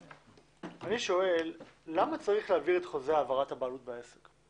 אני שואל למה צריך להעביר את חוזה העברת הבעלות בעסק?